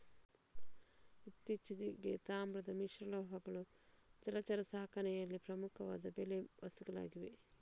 ಇತ್ತೀಚೆಗೆ, ತಾಮ್ರದ ಮಿಶ್ರಲೋಹಗಳು ಜಲಚರ ಸಾಕಣೆಯಲ್ಲಿ ಪ್ರಮುಖವಾದ ಬಲೆ ವಸ್ತುಗಳಾಗಿವೆ